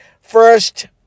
first